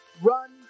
Run